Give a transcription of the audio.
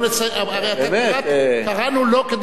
הרי קראנו לו כדי שיענה,